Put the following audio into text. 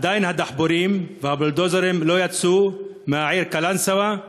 עדיין הדחפורים והבולדוזרים לא יצאו מהעיר קלנסואה,